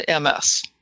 MS